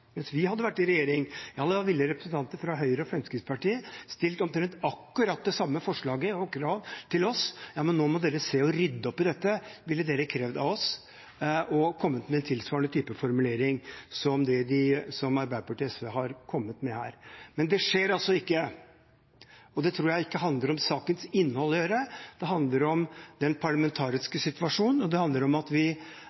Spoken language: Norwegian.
mens vi var i regjering, ville representanter fra Høyre og Fremskrittspartiet stilt med omtrent akkurat det samme forslaget og kravet til oss – ja, men nå må dere se å rydde opp i dette, ville de krevd av oss, og kommet med tilsvarende type formulering som Arbeiderpartiet og SV har kommet med her. Men det skjer altså ikke, og det tror jeg ikke har med sakens innhold å gjøre, det handler om den